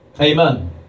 amen